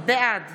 בעד